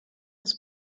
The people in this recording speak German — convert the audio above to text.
des